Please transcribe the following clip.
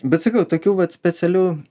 bet sakau tokių vat specialių